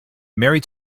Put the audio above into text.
mary